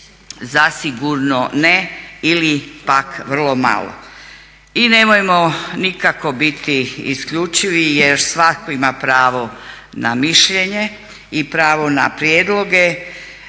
zasigurno ne ili pak vrlo malo. I nemojmo nikako biti isključivi jer svatko ima pravo na mišljenje i pravo na prijedloge.